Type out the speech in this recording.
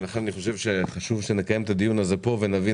לכן אני חשוב שנקיים את הדיון הזה פה ונבין